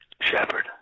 Shepard